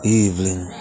evening